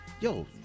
yo